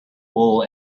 wool